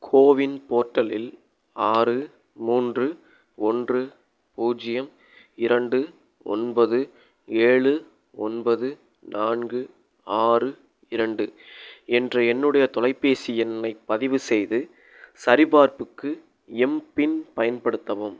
CoWIN போர்ட்டலில் ஆறு மூன்று ஒன்று பூஜ்ஜியம் இரண்டு ஒன்பது ஏழு ஒன்பது நான்கு ஆறு இரண்டு என்ற என்னுடைய தொலைபேசி எண்ணைப் பதிவு செய்து சரிபார்ப்புக்கு எம்பின் பயன்படுத்தவும்